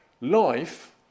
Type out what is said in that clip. Life